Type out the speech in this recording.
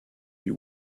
you